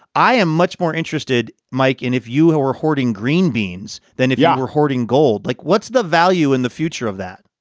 i am much more interested, mike, in if you were hoarding green beans than if you were hoarding gold. like what's the value in the future of that?